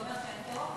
זאת אומרת שאין תור?